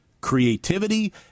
creativity